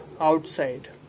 outside